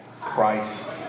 Christ